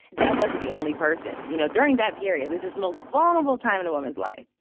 that wasn't the only person, you know, during that period that this most vulnerable time in a woman's life.